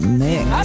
mix